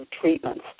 treatments